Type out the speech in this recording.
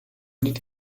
niet